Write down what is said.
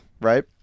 right